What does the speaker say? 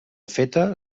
feta